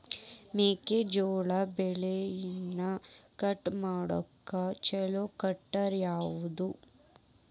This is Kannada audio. ಮೆಕ್ಕೆ ಜೋಳ ಬೆಳಿನ ಕಟ್ ಮಾಡಾಕ್ ಛಲೋ ಟ್ರ್ಯಾಕ್ಟರ್ ಯಾವ್ದು?